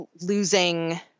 losing